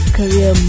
career